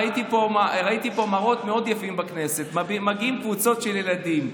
ראיתי מראות מאוד יפים פה בכנסת: מגיעות קבוצות של ילדים,